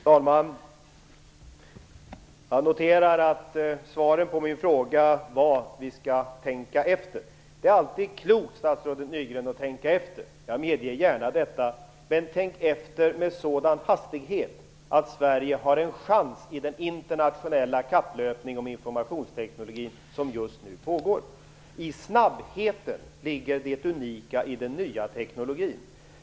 Fru talman! Jag noterar att svaret på min fråga är: Vi skall tänka efter. Det är alltid klokt, Jan Nygren, att tänka efter - jag medger gärna detta. Men tänk efter med sådan hastighet att Sverige har en chans i den internationella kapplöpningen om informationsteknologin som just nu pågår. I snabbheten ligger det unika i den nya teknologin.